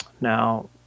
now